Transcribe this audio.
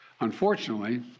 Unfortunately